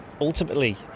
ultimately